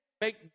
make